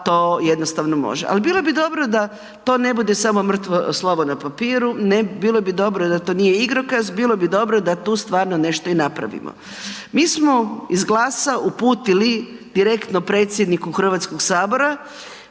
to jednostavno može. Ali, bilo bi dobro da to ne bude samo mrtvo slovo na papiru, bilo bi dobro da to nije igrokaz, bilo bi dobro da tu stvarno nešto i napravimo. Mi smo iz GLAS-a uputili direktno predsjedniku HS-a pismo